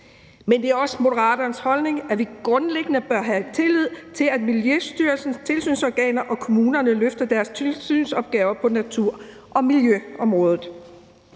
Men det er også Moderaternes holdning, at vi grundlæggende bør have tillid til, at Miljøstyrelsens tilsynsorganer og kommunerne løfter deres tilsynsopgaver på natur- og miljøområdet.